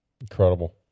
Incredible